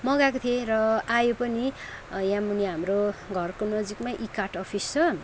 मगाएको थिएँ र आयो पनि यहाँ मुनि हाम्रो घरको नजिकमै ई कार्ट अफिस छ